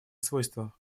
свойства